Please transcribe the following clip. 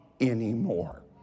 anymore